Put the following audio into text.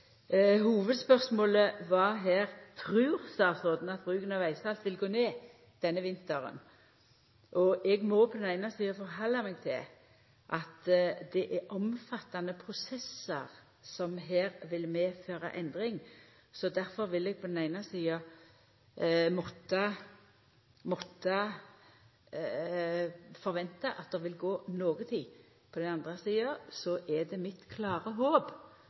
Hovudspørsmålet var om statsråden trur at bruken av vegsalt vil gå ned denne vinteren. Eg må på den eine sida halda meg til at det er omfattande prosessar som her vil medføra endring. Difor vil eg på den eine sida måtta forventa at det vil gå noko tid. På den andre sida er det mitt klare håp